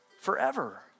forever